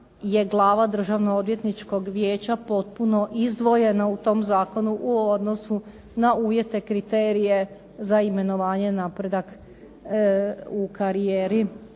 je glava Državno odvjetničkog vijeća potpuno izdvojena u tom zakonu u odnosu na uvjete, kriterije za imenovanje, napredak u karijeri